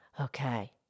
Okay